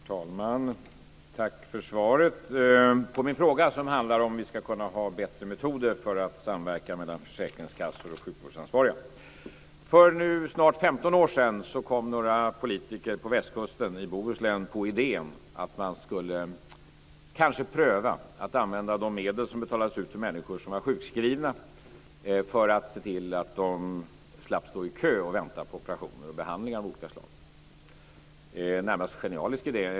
Herr talman! Jag tackar för svaret på min fråga, som handlar om hur vi ska kunna ha bättre metoder för att samverka mellan försäkringskassor och sjukvårdsansvariga. För nu snart 15 år sedan kom några politiker på västkusten, i Bohuslän, på idén att man kanske skulle pröva att använda de medel som betalades ut till människor som var sjukskrivna för att se till att de slapp stå i kö och vänta på operationer och behandlingar av olika slag. Det var en närmast genialisk idé.